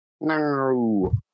No